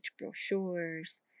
brochures